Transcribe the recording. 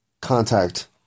Contact